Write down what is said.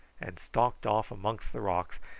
and stalked off amongst the rocks,